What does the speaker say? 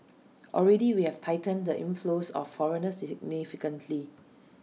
already we have tightened the inflows of foreigners significantly